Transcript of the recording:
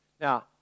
Now